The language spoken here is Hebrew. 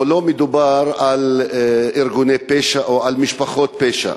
פה לא מדובר על ארגוני פשע או על משפחות פשע.